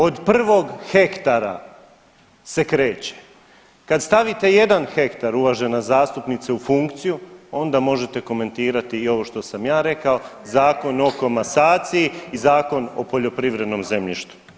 Od prvog hektara se kreće, kad stavite jedan hektar uvažena zastupnice u funkciju onda možete komentirati i ovo što sam ja rekao, Zakon o komasaciji i Zakon o poljoprivrednom zemljištu.